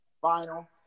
final